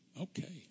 okay